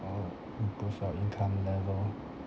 or improve your income level